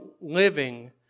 living